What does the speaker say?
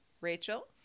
Rachel